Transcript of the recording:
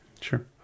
Sure